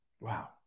Wow